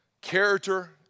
character